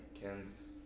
Kansas